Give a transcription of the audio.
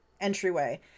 entryway